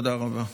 תודה רבה.